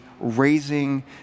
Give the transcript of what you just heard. raising